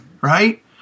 Right